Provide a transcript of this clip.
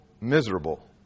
miserable